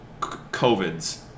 COVIDs